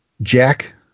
Jack